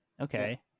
Okay